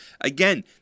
Again